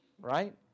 Right